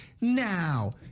now